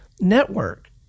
network